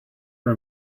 for